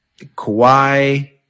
Kawhi